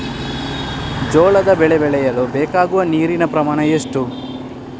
ಜೋಳದ ಬೆಳೆ ಬೆಳೆಸಲು ಬೇಕಾಗುವ ನೀರಿನ ಪ್ರಮಾಣ ಎಷ್ಟು?